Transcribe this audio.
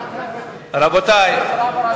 תקשיב, רבותי,